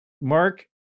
Mark